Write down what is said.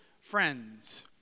friends